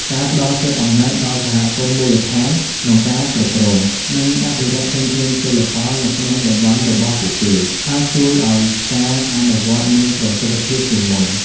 ការផ្ដល់សិទ្ធិអំណាចដល់សហគមន៍មូលដ្ឋានក្នុងការគ្រប់គ្រង និងអភិរក្សធនធានជលផលនៅក្នុងតំបន់របស់ពួកគេ អាចជួយឱ្យការអនុវត្តមានប្រសិទ្ធភាពជាងមុន។